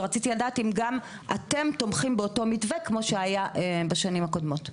ורציתי לדעת אם גם אתם תומכים באותו מתווה כמו שהיה בשנים הקודמות?